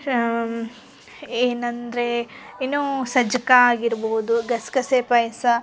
ಶಾ ಏನಂದರೆ ಏನು ಸಜ್ಕ ಆಗಿರ್ಬೋದು ಗಸ್ಗಸೆ ಪಾಯಸ